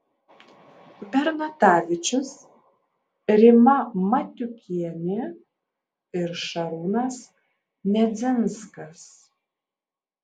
bernatavičius rima matiukienė ir šarūnas nedzinskas